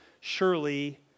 Surely